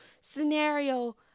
scenario